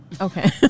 Okay